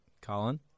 Colin